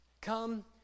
Come